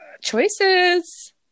Choices